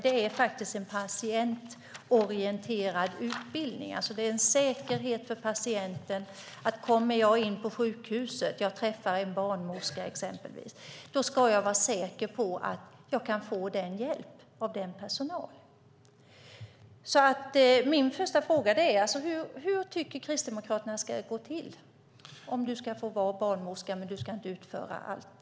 Det är faktiskt en patientorienterad utbildning. Det är alltså en säkerhet för patienten att veta att jag när jag kommer in på sjukhuset och träffar exempelvis en barnmorska ska vara säker på att jag kan få hjälp av den personen. Min första fråga är alltså: Hur tycker Kristdemokraterna att det ska gå till om du ska få vara barnmorska utan att utföra allt?